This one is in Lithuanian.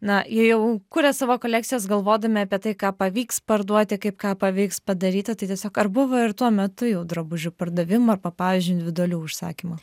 na jie jau kuria savo kolekcijas galvodami apie tai ką pavyks parduoti kaip ką pavyks padaryti tai tiesiog ar buvo ir tuo metu jau drabužių pardavimų arba pavyzdžiui individualių užsakymų